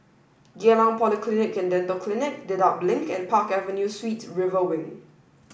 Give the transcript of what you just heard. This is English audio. Geylang Polyclinic and Dental Clinic Dedap Link and Park Avenue Suites River Wing